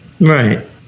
Right